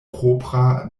propra